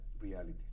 reality